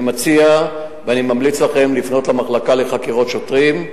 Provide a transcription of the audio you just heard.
אני מציע וממליץ לכם לפנות אל המחלקה לחקירות שוטרים,